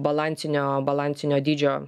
balansinio balansinio dydžio